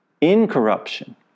incorruption